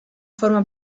forma